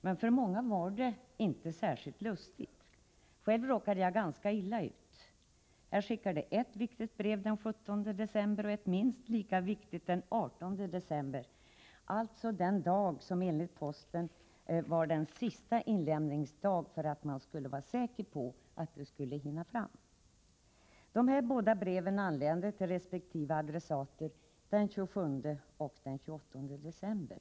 Men för många var det inte särskilt lustigt att postutdelningen inte fungerade som den borde. Själv råkade jag ganska illa ut. Den 17 december skickade jag ett viktigt brev, och den 18 december skickade jag ett annat minst lika viktigt brev — alltså den dag som enligt posten var den sista inlämningsdagen för att man säkert skulle veta att posten hann fram. Mina båda brev anlände till resp. adressater den 27 och den 28 december.